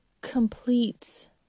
complete